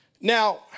Now